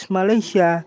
Malaysia